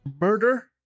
murder